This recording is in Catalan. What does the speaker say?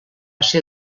ser